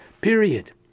period